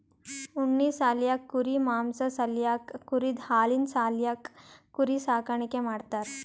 ಉಣ್ಣಿ ಸಾಲ್ಯಾಕ್ ಕುರಿ ಮಾಂಸಾ ಸಾಲ್ಯಾಕ್ ಕುರಿದ್ ಹಾಲಿನ್ ಸಾಲ್ಯಾಕ್ ಕುರಿ ಸಾಕಾಣಿಕೆ ಮಾಡ್ತಾರಾ